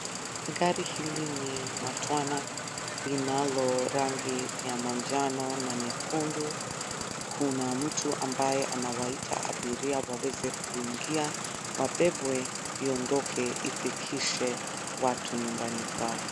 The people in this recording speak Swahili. Gari hili ni matwana linalo rangi ya manjano na nyekundu. Kuna mtu ambaye anawaita abiria waweze kuingia, wabebwe iondoke, ifikishe watu nyumbani kwao.